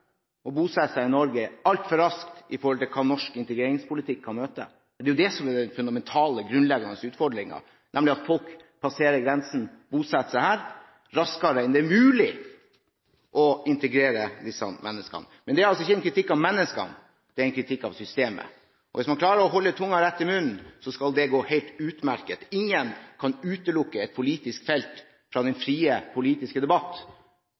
og bosetter seg i Norge i et altfor raskt tempo i forhold til hva norsk integreringspolitikk kan møte, som er den fundamentale, grunnleggende utfordringen, nemlig at folk passerer grensen og bosetter seg her raskere enn det er mulig å integrere disse menneskene. Men det er altså ikke en kritikk av menneskene; det er en kritikk av systemet. Hvis man klarer å holde tungen rett i munnen, skal det gå helt utmerket. Ingen kan utelukke et politisk felt fra den frie politiske debatt